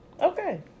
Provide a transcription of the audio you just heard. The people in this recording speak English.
Okay